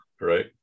Right